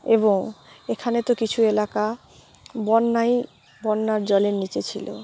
এবং এখানে তো কিছু এলাকা বন্যাই বন্যার জলের নিচে ছিলো